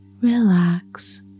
relax